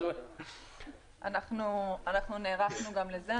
אז --- אנחנו נערכנו גם לזה.